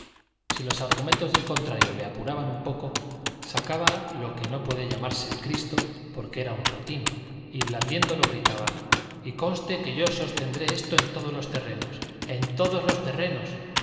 si los argumentos del contrario le apuraban un poco sacaba lo que no puede llamarse el cristo porque era un rotin y blandiéndolo gritaba y conste que yo sostendré esto en todos los terrenos en todos los terrenos